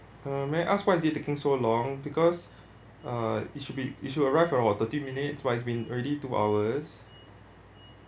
uh may I ask why is it taking so long because uh it should be it should arrive around what thirty minutes but it's been already two hours